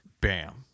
Bam